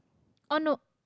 oh no